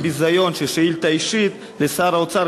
זה ביזיון ששאילתה אישית לשר האוצר